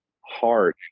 hard